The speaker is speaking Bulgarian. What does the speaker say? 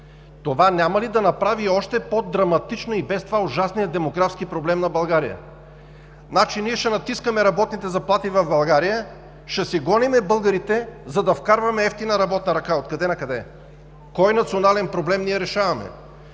Това няма ли да направи още по-драматичен и без това ужасния демографски проблем на България? Ние ще натискаме работните заплати в България, ще си гоним българите, за да вкарваме евтина работна ръка?! Откъде накъде? Кой национален проблем ние решаваме?